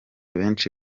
benshi